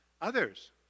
Others